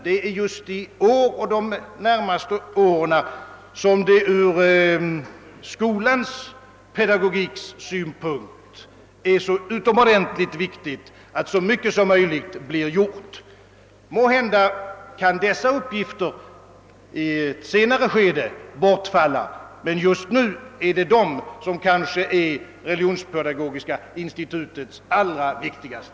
Det är just i år och under de närmaste åren som det ur skolans synpunkt är så utomordentligt viktigt, att så mycket som möjligt blir gjort på detta område. Måhända kan dessa uppgifter bortfalla i ett senare skede, men just nu är det de som är Religionspedagogiska institutets kanske allra viktigaste.